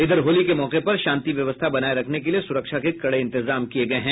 इधर होली के मौके पर शांति व्यवस्था बनाये रखने के लिए सुरक्षा के कड़े इंतजाम किये गये हैं